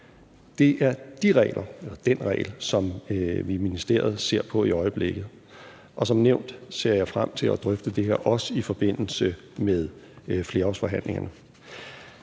trækker ud. Det er den regel, som vi i ministeriet ser på i øjeblikket. Som nævnt ser jeg frem til at drøfte det her, også i forbindelse med flerårsforhandlingerne.